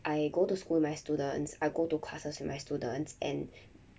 I go to school with my students I go to classes with my students and